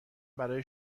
برای